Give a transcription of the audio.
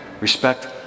Respect